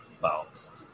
bounced